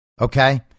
okay